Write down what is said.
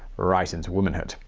ah right into womanhood.